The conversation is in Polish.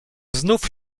znów